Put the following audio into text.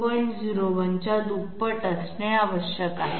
01 च्या दुप्पट असणे आवश्यक आहे